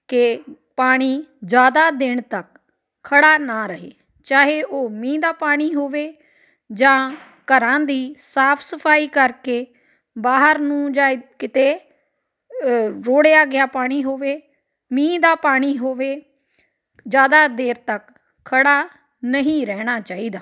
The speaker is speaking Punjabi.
ਕਿ ਪਾਣੀ ਜ਼ਿਆਦਾ ਦਿਨ ਤੱਕ ਖੜ੍ਹਾ ਨਾ ਰਹੇ ਚਾਹੇ ਉਹ ਮੀਂਹ ਦਾ ਪਾਣੀ ਹੋਵੇ ਜਾਂ ਘਰਾਂ ਦੀ ਸਾਫ ਸਫਾਈ ਕਰਕੇ ਬਾਹਰ ਨੂੰ ਜਾਂ ਕਿਤੇ ਰੋੜਿਆ ਗਿਆ ਪਾਣੀ ਹੋਵੇ ਮੀਂਹ ਦਾ ਪਾਣੀ ਹੋਵੇ ਜ਼ਿਆਦਾ ਦੇਰ ਤੱਕ ਖੜ੍ਹਾ ਨਹੀਂ ਰਹਿਣਾ ਚਾਹੀਦਾ